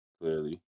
clearly